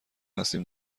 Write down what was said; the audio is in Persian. هستیم